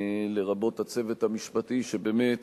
לרבות הצוות המשפטי, שבאמת